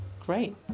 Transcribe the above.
great